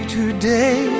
today